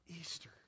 Easter